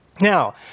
Now